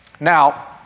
Now